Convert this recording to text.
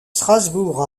strasbourg